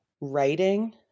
writing